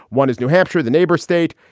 one is new hampshire, the neighbor state.